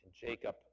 Jacob